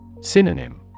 Synonym